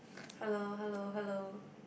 hello hello hello